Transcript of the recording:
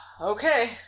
Okay